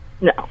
no